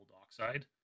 oxide